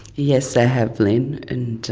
yes, they have, lynne, and